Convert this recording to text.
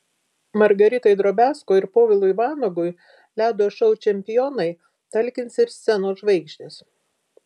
margaritai drobiazko ir povilui vanagui ledo šou čempionai talkins ir scenos žvaigždės